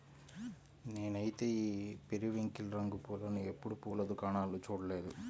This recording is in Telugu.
నేనైతే ఈ పెరివింకిల్ రంగు పూలను ఎప్పుడు పూల దుకాణాల్లో చూడలేదు